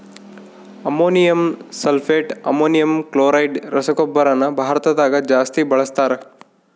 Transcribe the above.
ammonium sulphate, ammonium chloride ರಸಗೊಬ್ಬರನ ಭಾರತದಗ ಜಾಸ್ತಿ ಬಳಸ್ತಾರ